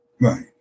Right